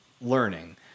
learning